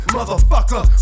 Motherfucker